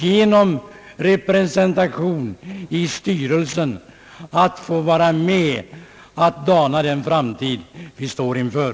Genom representation i styrelsen kommer de att få vara med om att dana den framtid vi står inför.